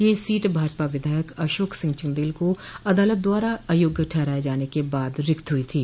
यह सीट भाजपा विधायक अशोक सिंह चन्देल को अदालत द्वारा आयोग्य ठहराये जाने के बाद रिक्त हुई थी